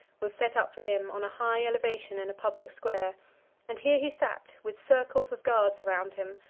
was set up for him on a high elevation in a public square and here he sat, with circles of guards around him,